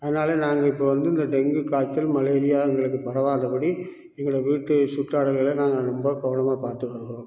அதனால நாங்கள் இப்போ வந்து இந்த டெங்கு காய்ச்சல் மலேரியா எங்களுக்கு பரவாதபடி எங்கள் வீட்டு சுற்றார்கள நாங்கள் ரொம்ப கவனமாக பாத்துட்ருக்கிறோம்